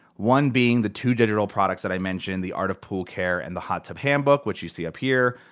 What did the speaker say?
one being the two digital products that i mentioned. the art of pool care and the hot tub handbook, which you see up here.